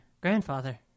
Grandfather